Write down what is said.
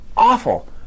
awful